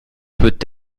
peut